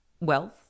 wealth